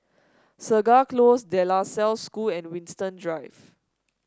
Segar Close De La Salle School and Winstedt Drive